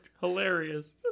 hilarious